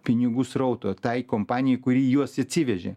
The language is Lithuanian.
pinigų srauto tai kompanija kuri juos atsivežė